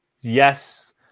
Yes